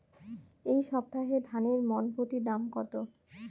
এই সপ্তাহে ধানের মন প্রতি দাম কত?